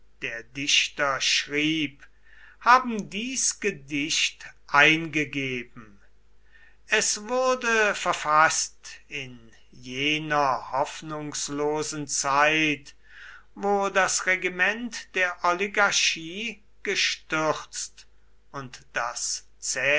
der dichter schrieb haben dies gedicht eingegeben es wurde verfaßt in jener hoffnungslosen zeit wo das regiment der oligarchie gestürzt und das